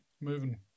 moving